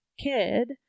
kid